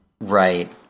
Right